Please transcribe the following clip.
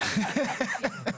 שמירה וכל הדברים האלה.